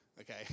okay